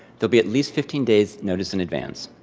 there'll be at least fifteen days' notice in advance.